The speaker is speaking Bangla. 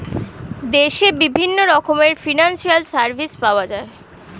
দেশে বিভিন্ন রকমের ফিনান্সিয়াল সার্ভিস পাওয়া যায়